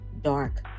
dark